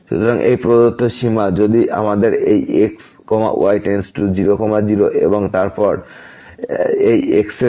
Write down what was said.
সুতরাং এই প্রদত্ত সীমা যদি আমাদের এই x y→ 0 0 এবং তারপর এই x2y2tan xy